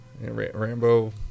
Rambo